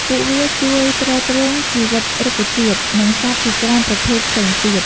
ពួកវាជួយទ្រទ្រង់ជីវិតរុក្ខជាតិ និងសត្វជាច្រើនប្រភេទផ្សេងទៀត។